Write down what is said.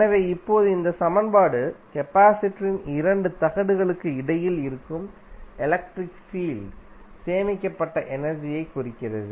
எனவே இப்போது இந்த சமன்பாடு கெபாசிடர் இன் இரண்டு தகடுகளுக்கு இடையில் இருக்கும் எலக்ட்ரிக் ஃபீல்ட் சேமிக்கப்பட்ட எனர்ஜி ஐக் குறிக்கிறது